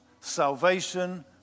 salvation